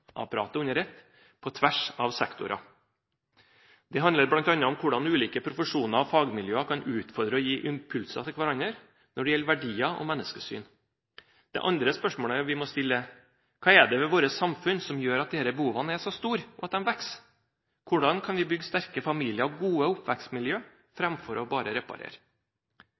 under ett, på tvers av sektorer. Det handler bl.a. om hvordan ulike profesjoner og fagmiljøer kan utfordre og gi impulser til hverandre når det gjelder verdier og menneskesyn. Det andre spørsmålet vi må stille, er: Hva er det ved vårt samfunn som gjør at disse behovene er så store, og at de vokser? Hvordan kan vi bygge sterke familier og gode oppvekstmiljø framfor bare å reparere?